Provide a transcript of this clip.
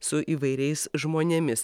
su įvairiais žmonėmis